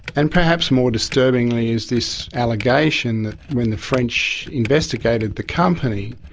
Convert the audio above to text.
and perhaps more disturbingly, is this allegation that when the french investigated the company,